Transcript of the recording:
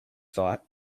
thought